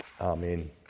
Amen